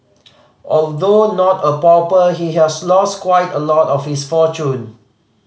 although not a pauper he has lost quite a lot of his fortune